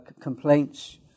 complaints